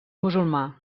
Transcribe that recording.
musulmà